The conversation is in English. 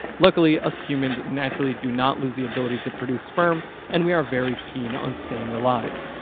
luckily, us humans naturally do not lose the ability to produce sperm and we are very keen on staying alive.